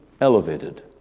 elevated